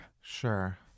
Sure